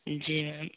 जी ma'am